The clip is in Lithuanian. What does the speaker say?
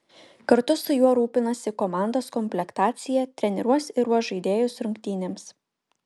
kartu su juo rūpinasi komandos komplektacija treniruos ir ruoš žaidėjus rungtynėms